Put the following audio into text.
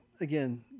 again